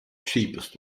cheapest